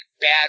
Bad